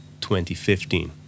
2015